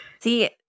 See